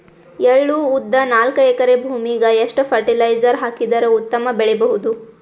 ಎಳ್ಳು, ಉದ್ದ ನಾಲ್ಕಎಕರೆ ಭೂಮಿಗ ಎಷ್ಟ ಫರಟಿಲೈಜರ ಹಾಕಿದರ ಉತ್ತಮ ಬೆಳಿ ಬಹುದು?